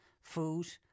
food